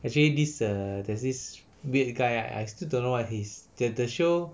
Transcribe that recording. actually this err there's this weird guy I I still don't know why his the the show